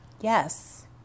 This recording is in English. Yes